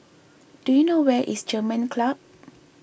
do you know where is German Club